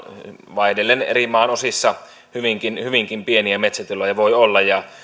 vaihdellen maan eri osissa hyvinkin hyvinkin pieniä metsätiloja voi olla ja